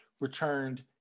returned